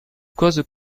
cause